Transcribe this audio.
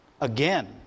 again